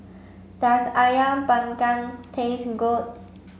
does Ayam panggang taste good